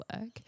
work